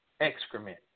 Excrement